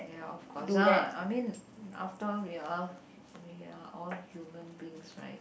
ya of course lah I mean after we all we are all human beings right